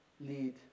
lead